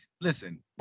Listen